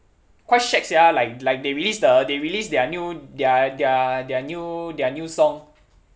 quite shag sia like like they release the they release their new their their their new their new song